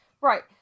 right